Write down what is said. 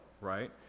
right